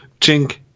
chink